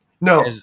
No